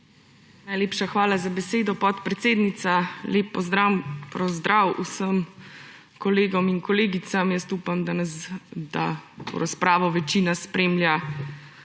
Najlepša hvala za besedo, podpredsednica. Lep pozdrav vsem kolegom in kolegicam! Upam, da to razpravo večina spremlja